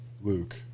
Luke